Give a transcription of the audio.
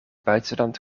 buitenland